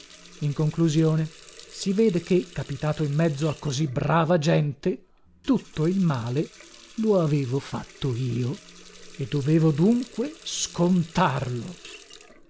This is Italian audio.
in conclusione si vede che capitato in mezzo a così brava gente tutto il male lo avevo fatto io e dovevo dunque scontarlo